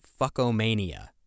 fuckomania